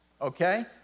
Okay